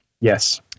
Yes